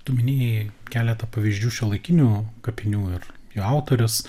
tu minėjai keletą pavyzdžių šiuolaikinių kapinių ir jų autorius